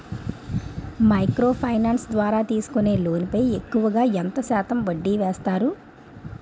Micro finance ద్వారా తీసుకునే loan పై ఎక్కువుగా ఎంత శాతం వడ్డీ వేస్తారు?